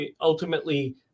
ultimately